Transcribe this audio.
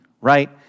right